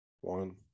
one